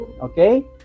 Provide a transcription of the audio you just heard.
okay